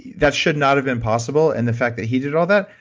that should not have been possible and the fact that he did all that,